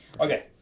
Okay